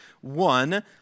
one